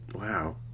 Wow